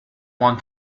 one